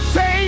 Say